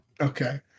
Okay